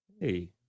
Hey